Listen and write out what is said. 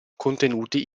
contenuti